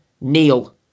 Neil